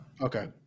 Okay